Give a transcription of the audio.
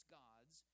gods